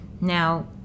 Now